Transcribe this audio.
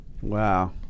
Wow